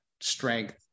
strength